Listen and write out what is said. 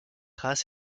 race